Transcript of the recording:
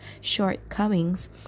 shortcomings